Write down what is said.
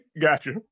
Gotcha